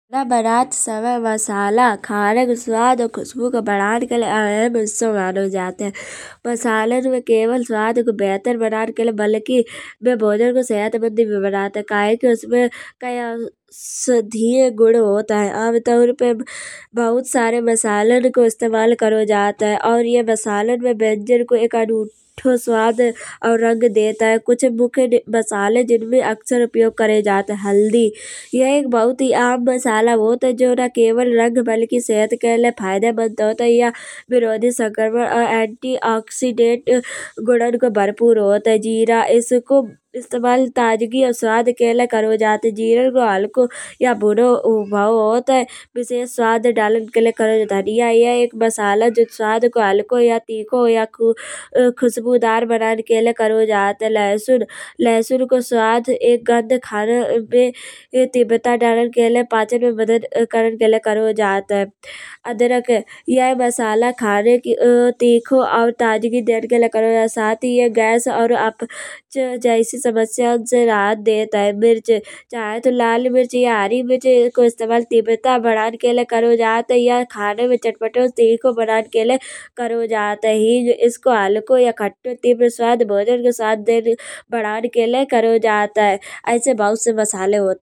खाना बनत समय मसाला। खाने को स्वाद और खुशबू को बढ़न के लाए। अहम हिस्सों मानो जात है। मसाला ना केवल स्वाद का बेहतर बळन के लाए। बल्कि वे भोजन को सेहतमंद भी बनत हैं। काहे कि उसमें औषधिया गुण होत हैं। आम तौर पे बहुत सारे मसालन को इस्तेमाल करो जात हैं। और ये मसालन मा व्यंजन को एक अनूठो स्वाद और रंग देत हैं। कुछ मुख्य मसाले जिनमें अकसर उपयोग करे जात हैं। हल्दी, ये एक बहुत ही आम मसाला होत है। जो ना केवल रंग। बल्कि सेहत के लाए फायदेमंद होत है। या विरोधी संक्रमण। और ऐंटिऑक्सिडेंट गुणन को भरपुर होत है। जीरा इसको इस्तेमाल ताजगी और स्वाद के लाए करो जात है। जीरा मा हल्को यो भुनो भाव होत है। विशेष स्वाद डालन के लाए करो। धनिया ये एक मसाला। जो स्वाद को हल्को या तीखन। और खूसबूदार बनान के लाए करो जात है। लहसून, लहसून को स्वाद एक गंध खाने में। तीव्रता डालन के लाए। पाचन मा मदद करन के लाए करो जात है। अदरक ये मसाला खाने को तीखन और ताजगी देन के लाए करो जात है। साथ ही ये गैस और अपच जैसी समस्या से राहत देत है। मिर्च, चाहे तो लाल मिर्च या हरी मिर्च। ईको इस्तेमाल तीव्रता बढ़न के लाए करो जात है। यो खाने में चटपटो तीखन बनान के लाए करो जात है। हींग इसको हल्को तीखन या खट्टो तीव्र स्वाद। भोजन का स्वाद देन। बढ़न के लाए करो जात है। ऐसे बहुत से मसाले होत हैं।